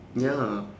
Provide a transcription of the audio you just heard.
ya lah